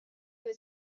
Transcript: was